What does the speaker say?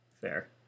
Fair